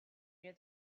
near